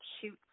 cute